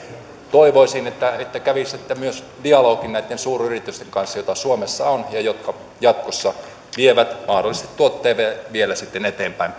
toivoisin että että kävisitte myös dialogia näitten suuryritysten kanssa joita suomessa on ja jotka jatkossa vievät mahdollisesti tuotteita vielä sitten eteenpäin